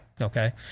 okay